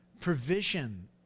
provision